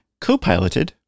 Copiloted